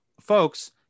folks